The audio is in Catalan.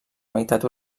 meitat